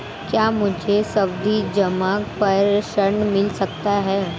क्या मुझे सावधि जमा पर ऋण मिल सकता है?